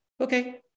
okay